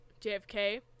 JFK